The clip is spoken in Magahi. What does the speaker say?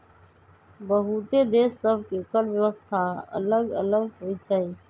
बहुते देश सभ के कर व्यवस्था अल्लग अल्लग होई छै